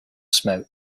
smoke